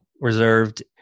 reserved